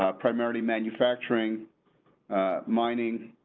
primarily manufacturing mining.